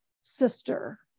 sister